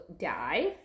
die